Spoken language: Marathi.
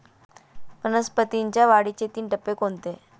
वनस्पतींच्या वाढीचे तीन टप्पे कोणते?